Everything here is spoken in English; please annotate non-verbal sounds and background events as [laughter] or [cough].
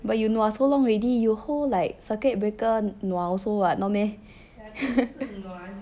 but you know nua so long already you whole like circuit breaker nua also [what] no meh [laughs]